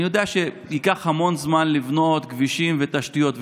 אני יודע שייקח המון זמן לבנות כבישים ותשתיות וכו',